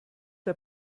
der